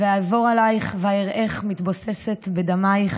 "ואעבֹר עליך ואראך מתבוססת בדמיִך